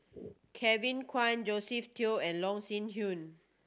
Kevin Kwan Josephine Teo and Loh Sin Yun